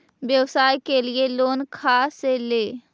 व्यवसाय के लिये लोन खा से ले?